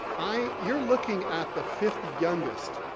i, you're looking at the fifth youngest,